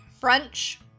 French